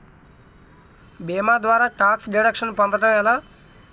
భీమా ద్వారా tax deduction పొందటం ఎలా?